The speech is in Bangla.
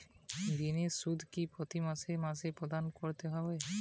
ঋণের সুদ কি প্রতি মাসে মাসে প্রদান করতে হবে?